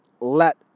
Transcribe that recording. let